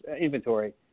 inventory